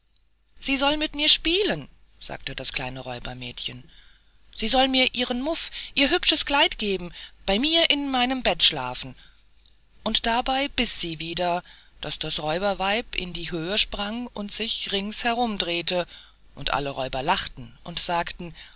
sie soll mit mir spielen sagte das kleine räubermädchen sie soll mir ihren muff ihr hübsches kleid geben bei mir in meinem bett schlafen und dabei biß sie wieder daß das räuberweib in die höhe sprang und sich rings herumdrehte und alle räuber lachten und sagten